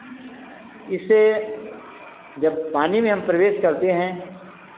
इसे जब पानी में हम प्रवेश करते हैं